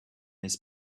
his